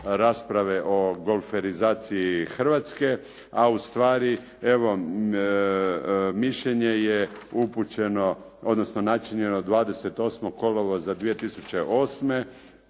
rasprave o golferizaciji Hrvatske, a ustvari evo mišljenje je upućeno, odnosno načinjeno 28. kolovoza 2008.,